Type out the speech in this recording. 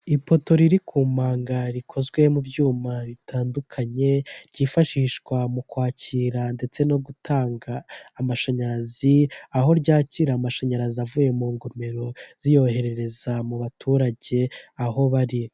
Ipoto riri ku manga rikozwe mu byuma bitandukanye, ryifashishwa mu kwakira ndetse no gutanga amashanyarazi, aho ryakira amashanyarazi avuye mu ngomero ziyohereza mu baturage aho bari.